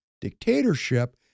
dictatorship